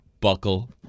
Buckle